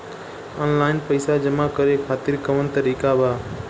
Online पइसा जमा करे खातिर कवन तरीका बा?